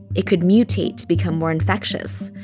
it could mutate to become more infectious,